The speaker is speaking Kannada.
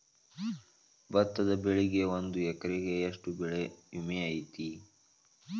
ಭತ್ತದ ಬೆಳಿಗೆ ಒಂದು ಎಕರೆಗೆ ಎಷ್ಟ ಬೆಳೆ ವಿಮೆ ಐತಿ?